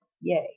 yay